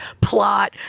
plot